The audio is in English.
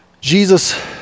Jesus